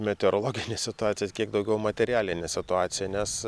meteorologinės situacijos kiek daugiau materialinė situacija nes